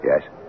Yes